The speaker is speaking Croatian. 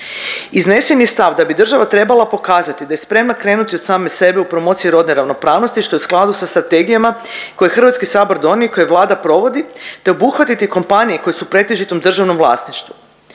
Iznesen je stav da bi država trebala pokazati da je spremna krenuti od same sebe u promociji rodne ravnopravnosti, što je u skladu sa strategijama koje je HS donio i koje Vlada provodi, te obuhvatiti kompanije koje su u pretežitom državnom vlasništvu.